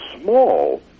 small